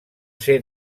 ser